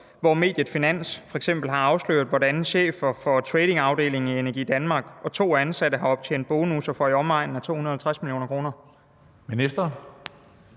hvor mediet Finans f.eks. har afsløret, hvordan chefen for tradingafdelingen i Energi Danmark og to ansatte har optjent bonusser for i omegnen af 250 mio. kr.?